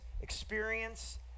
experience